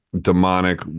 demonic